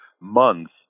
months